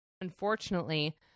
unfortunately